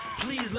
Please